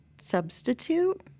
substitute